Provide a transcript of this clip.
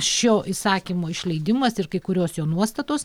šio įsakymo išleidimas ir kai kurios jo nuostatos